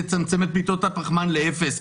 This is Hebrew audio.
יצמצמו את פליטות הפחמן לאפס ---.